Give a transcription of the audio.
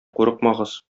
курыкмагыз